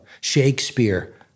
Shakespeare